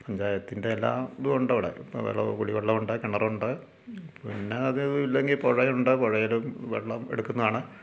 പഞ്ചായത്തിൻ്റെ എല്ലാ ഇതും ഉണ്ടവിടെ ഇപ്പോൾ കുടിവെള്ളമുണ്ട് കിണറുണ്ട് പിന്നെ അതു ഇത് ഇല്ലെങ്കിൽ പുഴയുണ്ട് പുഴയുടെ വെള്ളം എടുക്കുന്നതാണ്